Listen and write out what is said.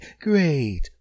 great